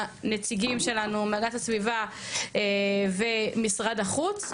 הנציגים שלנו מהגנת הסביבה ומשרד החוץ,